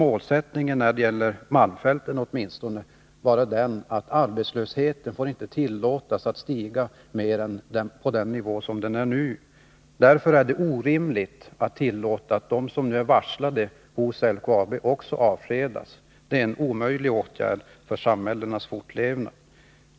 Målsättningen, åtminstone när det gäller malmfälten, måste vara att arbetslösheten inte får tillåtas att stiga över nuvarande nivå. Därför är det orimligt att tillåta att de som nu är varslade inom LKAB avskedas — det är en omöjlig åtgärd med tanke på samhällenas fortlevnad.